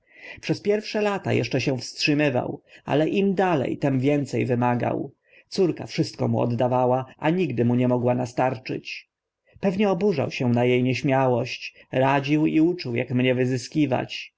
przez pierwsze lata eszcze się wstrzymywał ale im dale tym więce wymagał córka wszystko mu oddawała a nigdy mu nie mogła nastarczyć pewnie oburzał się na e nieśmiałość radził i uczył ak mnie wyzyskiwać